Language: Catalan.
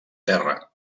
terra